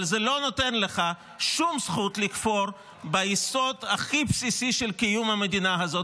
אבל זה לא נותן לך שום זכות לכפור ביסוד הכי בסיסי של קיום המדינה הזאת.